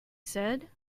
said